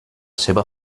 seva